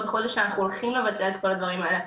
עוד חודש אנחנו הולכים לבצע את כל הדברים האלה,